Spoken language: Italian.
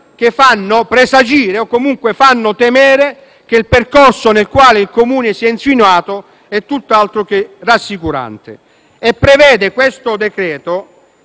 che fanno presagire o comunque fanno temere che il percorso nel quale il Comune si è insinuato sia tutt'altro che rassicurante. Il decreto-legge